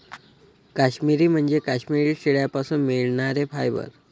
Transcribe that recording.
काश्मिरी म्हणजे काश्मिरी शेळ्यांपासून मिळणारे फायबर